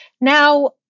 Now